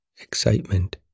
Excitement